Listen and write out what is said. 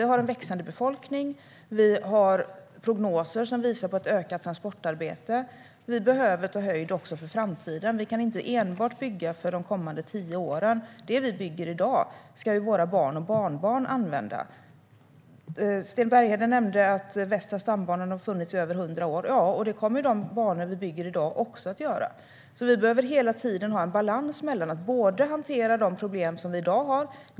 Vi har en växande befolkning, och vi har prognoser som visar på ett ökat transportarbete. Vi behöver ta höjd också för framtiden. Vi kan inte enbart bygga för de kommande tio åren. Det vi bygger i dag ska ju våra barn och barnbarn använda. Sten Bergheden nämnde att Västra stambanan har funnits i över hundra år. Ja, och det kommer de banor vi bygger i dag också att göra. Vi behöver hela tiden ha en balans när det gäller att hantera de problem som vi i dag har.